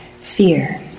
Fear